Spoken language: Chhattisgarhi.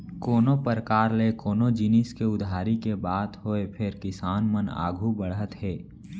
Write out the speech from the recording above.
कोनों परकार ले कोनो जिनिस के उधारी के बात होय फेर किसान मन आघू बढ़त हे